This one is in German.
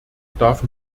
darf